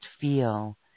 feel